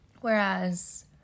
Whereas